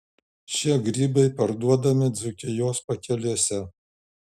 šie grybai parduodami dzūkijos pakelėse